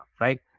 right